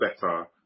better